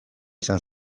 izan